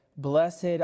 Blessed